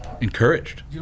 encouraged